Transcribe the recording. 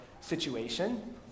situation